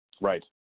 right